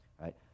right